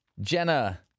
Jenna